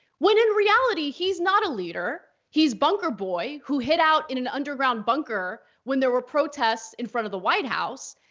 when in reality he's not a leader. he's bunker boy who hid out in an underground bunker when there were protests in front of the white house.